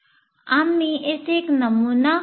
आम्ही येथे एक नमुना घेऊ